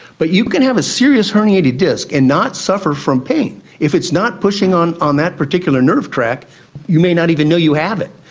but you can have a serious herniated disc and not suffer from pain. if it's not pushing on on that particular nerve track you may not even know you have it.